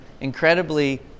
incredibly